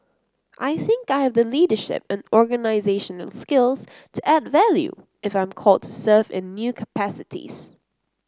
I think I have the leadership and organisational skills to add value if I'm called to serve in new capacities